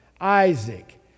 Isaac